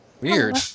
Weird